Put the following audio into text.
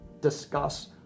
discuss